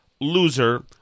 loser